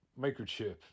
microchip